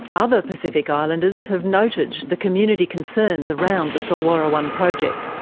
other pacific islanders have noted the community concerns around the solwara one project.